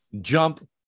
jump